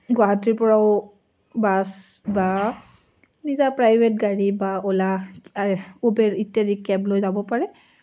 গুৱাহাটীৰ পৰাও বাছ বা নিজা প্ৰাইভেট গাড়ী বা অ'লা উবেৰ ইত্যাদি কেব লৈ যাব পাৰে